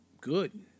good